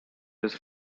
his